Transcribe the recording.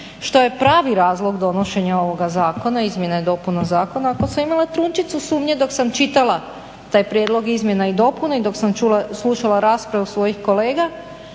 što je pravi razlog donošenja ovoga zakona izmjena i dopuna zakona, ako sam imala i trunčicu sumnje dok sam čitala taj prijedlog izmjena i dopuna i dok sam slušala raspravu svojih kolega,